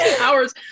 hours